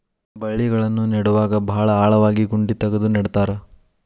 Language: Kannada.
ಬಳ್ಳಿಗಳನ್ನ ನೇಡುವಾಗ ಭಾಳ ಆಳವಾಗಿ ಗುಂಡಿ ತಗದು ನೆಡತಾರ